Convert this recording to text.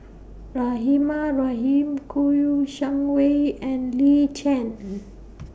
Rahimah Rahim Kouo Shang Wei and Lin Chen